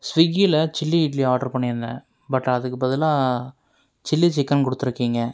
ஸ்விகியில் chilli idli order பண்ணியிருந்தேன் but அதுக்கு பதிலாக சில்லி சிக்கன் கொடுத்துருக்கீங்க